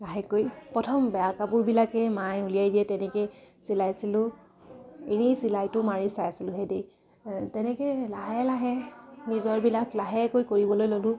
লাহেকৈ প্ৰথম বেয়া কাপোৰবিলাকে মায়ে উলিয়াই দিয়ে তেনেকেই চিলাইছিলোঁ এনেই চিলাইটো মাৰি চাইছিলোহে দেই তেনেকৈ লাহে লাহে নিজৰবিলাক লাহেকৈ কৰিবলৈ ল'লোঁ